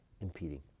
impeding